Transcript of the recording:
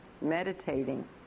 meditating